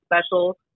special